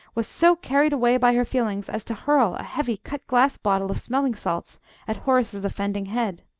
was so carried away by her feelings as to hurl a heavy cut-glass bottle of smelling-salts at horace's offending head.